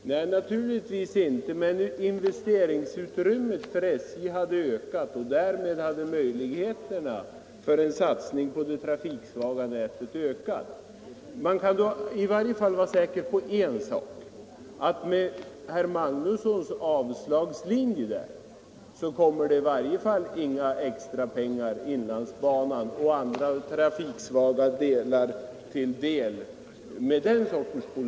Nej, givetvis inte, men investeringsutrymmet för SJ hade ökat och därmed hade möjligheterna för en satsning på de trafiksvaga näten också ökat. Man kan i varje fall vara säker på en sak: Med herr Magnussons avslagslinje kommer inga extra pengar inlandsbanan och andra trafiksvaga banor till del.